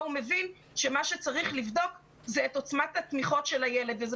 הוא מבין שמה שצריך לבדוק זה את עוצמת התמיכות של הילד וזה